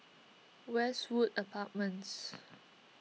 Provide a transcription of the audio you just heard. Westwood Apartments